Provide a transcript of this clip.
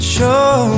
Show